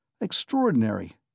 Extraordinary